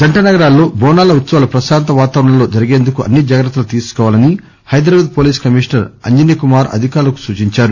జంట నగరాల్లో బోనాల ఉత్సవాలు ప్రశాంత వాతావరణం లో జరిగేందుకు అన్ని జాగ్రత్తలు తీసుకోవాలని హైదరాబాద్ పోలీస్ కమిషనర్ అంజనీ కుమార్ అధికారులకు సూచించారు